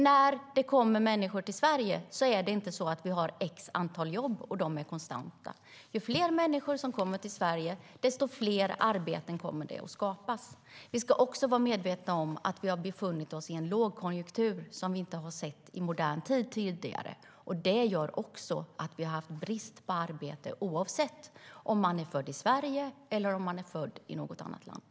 När det kommer människor till Sverige är inte antalet jobb konstant, utan ju fler människor som kommer till Sverige, desto fler arbeten kommer det att skapas.